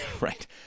right